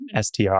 STR